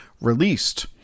released